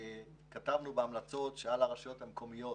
המלצות: על הרשויות המקומיות,